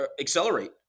accelerate